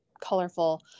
colorful